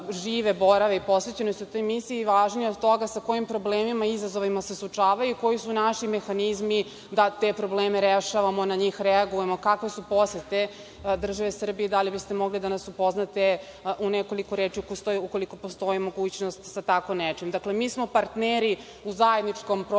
žive, borave, i posvećenost toj misiji, i važnije od toga sa kojim problemima i izazovima se oni suočavaju, koji su naši mehanizmi da te probleme rešavamo, na njih reagujemo, kakve su posete države Srbije, da li biste mogli da nas upoznate u nekoliko reči ukoliko postoji mogućnost sa tako nečim. Dakle, mi smo partneri u zajedničkom projektu